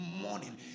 morning